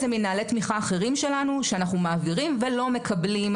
זה מנהלי תמיכה אחרים שלנו שאנחנו מעבירים ולא מקבלים,